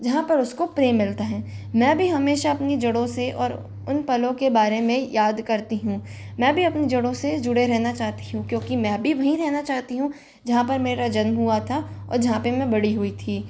जहाँ पर उसको प्रेम मिलता है मैं भी हमेशा अपनी जड़ों से और उन पलों के बारे में याद करती हूँ मैं भी अपनी जड़ों से जुड़े रहना चाहती हूँ क्योंकि मैं भी वहीं रहना चाहती हूँ जहाँ पर मेरा जन्म हुआ था और जहाँ पर मैं बड़ी हुई थी